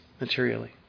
materially